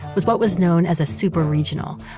was what was known as a super regional,